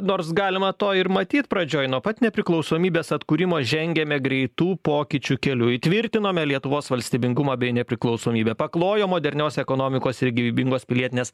nors galima to ir matyt pradžioj nuo pat nepriklausomybės atkūrimo žengiame greitų pokyčių keliu įtvirtinome lietuvos valstybingumą bei nepriklausomybę paklojom modernios ekonomikos ir gyvybingos pilietinės